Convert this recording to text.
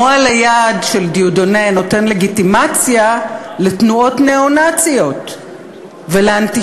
מועל היד של דיודונה נותן לגיטימציה לתנועות ניאו-נאציות ולאנטישמיות.